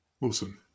Listen